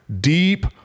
deep